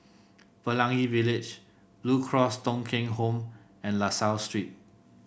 Pelangi Village Blue Cross Thong Kheng Home and La Salle Street